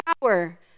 power